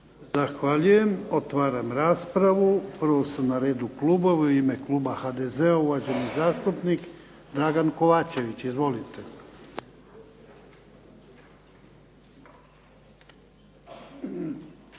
Zahvaljujem. Otvaram raspravu. Prvo su na redu klubovi. U ime kluba HDZ-a uvaženi zastupnik Dragan Kovačević. Izvolite.